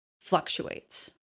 fluctuates